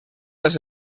les